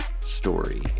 story